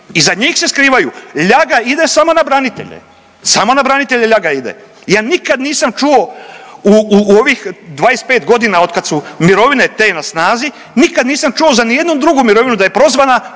Iza njih se skrivaju. Ljaga ide samo na branitelje, samo na branitelje ljaga ide. Ja nikad nisam čuo u ovih 25.g. otkad su mirovine te na snazi nikad nisam čuo za nijednu drugu mirovinu da je prozvana